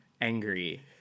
angry